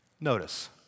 Notice